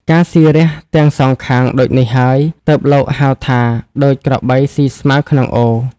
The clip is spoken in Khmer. ការស៊ីរះទាំងសងខាងដូចនេះហើយ ទើបលោកហៅថា ដូចក្របីស៊ីស្មៅក្នុងអូរ ។